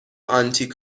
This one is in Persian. آنتی